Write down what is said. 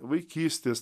vaikystės t